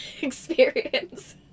experience